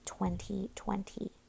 2020